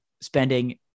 spending